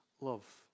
love